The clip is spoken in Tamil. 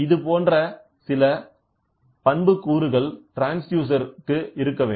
இது போன்ற சில பண்புக்கூறுகள் ட்ரான்ஸ்டியூசர் இருக்க வேண்டும்